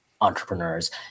entrepreneurs